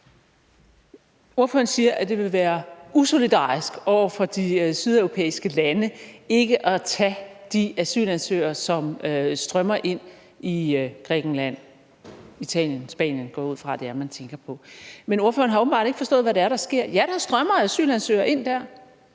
Ordføreren siger, at det vil være usolidarisk over for de sydeuropæiske lande ikke at tage de asylansøgere, som strømmer ind i Grækenland, Italien og Spanien – går jeg ud fra at man tænker på. Men ordføreren har åbenbart ikke forstået, hvad det er, der sker. Ja, der strømmer asylansøgere ind der,